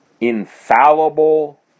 infallible